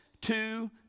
Two